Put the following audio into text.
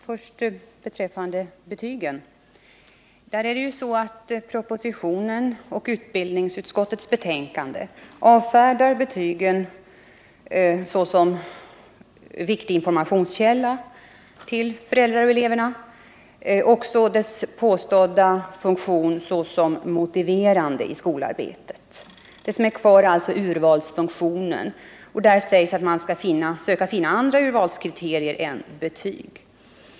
Herr talman! Vad först beträffar betygen avfärdas dessa i propositionen och i utskottets betänkande såsom viktig informationskälla för föräldrarna och eleverna liksom också deras påstådda funktion såsom motiverande i skolarbetet. Det som finns kvar är urvalsfunktionen, och därvidlag sägs att man skall försöka finna andra urvalskriterier än betyg.